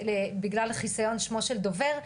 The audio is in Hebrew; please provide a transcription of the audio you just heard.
בגלל חסיון שמו של דובר,